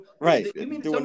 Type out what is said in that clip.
right